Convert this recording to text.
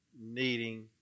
needing